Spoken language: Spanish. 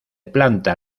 planta